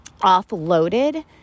offloaded